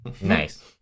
Nice